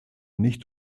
nicht